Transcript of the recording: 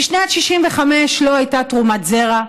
בשנת 1965 לא הייתה תרומת זרע,